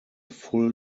full